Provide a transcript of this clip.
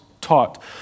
taught